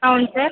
అవును సార్